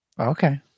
Okay